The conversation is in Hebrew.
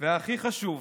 והכי חשוב,